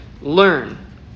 learn